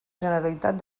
generalitat